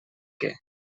què